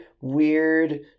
weird